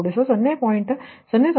008 ಅಂದರೆ 1